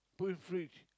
put in fridge